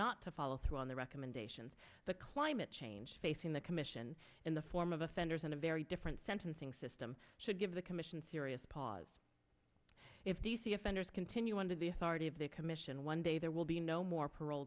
to follow through on the recommendations the climate change facing the commission in the form of offenders and a very different sentencing system should give the commission's serious pause if d c offenders continue under the authority of the commission one day there will be no more parole